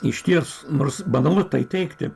išties nors banalu tai teigti